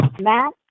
Matt